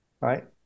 right